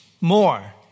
More